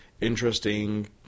interesting